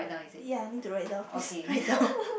ya need to write down please write down